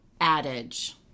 adage